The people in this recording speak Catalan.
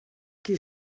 qui